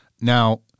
Now